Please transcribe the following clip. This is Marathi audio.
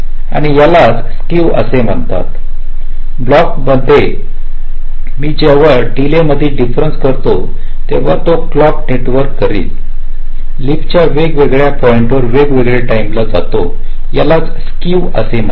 आणि यालाच स्क्क्यू असे म्हणतात ब्लॉक मध्ये मी जेव्हा डिले मधील डिफरन्स करतो तेव्हा तो क्लॉक नेटवर्क करील लइफसच्या वेगवेगळे पॉईिंटिर वेगवेगळे टाईम ला जातो यालाच स्केव म्हणतात